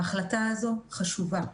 ההחלטה הזאת חשובה,